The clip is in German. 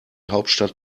hauptstadt